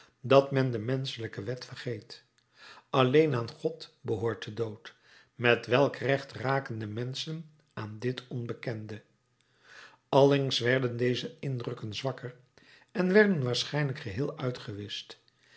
dat men de menschelijke wet vergeet alleen aan god behoort de dood met welk recht raken de menschen aan dit onbekende allengs werden deze indrukken zwakker en werden waarschijnlijk geheel uitgewischt